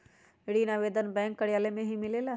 ऋण आवेदन बैंक कार्यालय मे ही मिलेला?